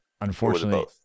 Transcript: unfortunately